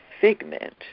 figment